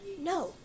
no